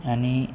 आनी